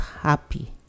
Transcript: happy